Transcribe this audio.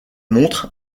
montres